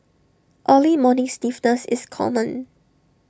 early morning stiffness is common